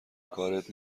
کارت